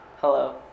Hello